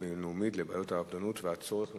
בין-לאומית לבעיית האובדנות ולצורך במניעתה.